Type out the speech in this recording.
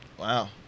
Wow